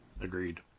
Agreed